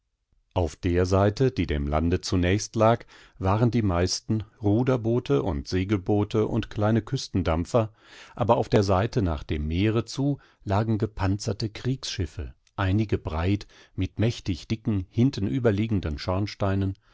schiffejeglicherart dieringsumdieinselvertäutlagen aufderseite die dem lande zunächst lag waren die meisten ruderboote und segelboote und kleinen küstendampfer aber auf der seite nach dem meere zu lagen gepanzerte kriegsschiffe einige breit mit mächtig dicken hintenüberliegenden schornsteinen